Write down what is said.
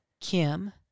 Kim